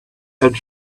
and